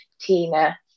Tina